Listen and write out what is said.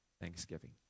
thanksgiving